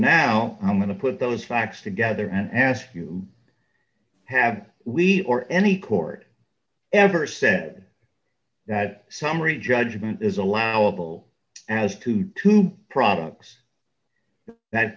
now i'm going to put those facts together and ask you have we or any court ever said that summary judgment is allowable as to two products that